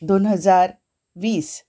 दोन हजार वीस